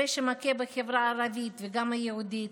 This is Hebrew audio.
הפשע מכה בחברה הערבית וגם היהודית,